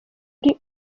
uri